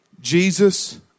Jesus